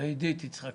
יציג